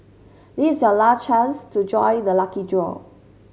this is your last chance to join the lucky draw